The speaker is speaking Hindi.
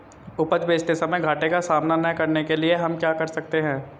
उपज बेचते समय घाटे का सामना न करने के लिए हम क्या कर सकते हैं?